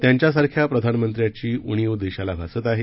त्यांच्यासारख्या प्रधानमंत्र्याची उणी देशाला भासत आहे